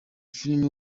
filime